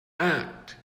act